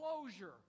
closure